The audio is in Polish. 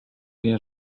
wie